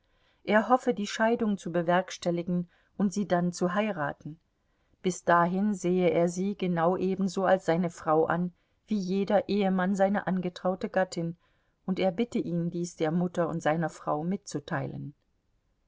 er hoffe die scheidung zu bewerkstelligen und sie dann zu heiraten bis dahin sehe er sie genau ebenso als seine frau an wie jeder ehemann seine angetraute gattin und er bitte ihn dies der mutter und seiner frau mitzuteilen